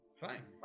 Fine